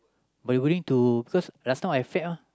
but you going to because last time I fat mah